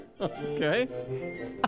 okay